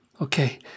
Okay